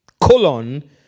Colon